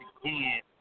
again